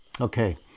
Okay